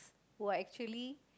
were actually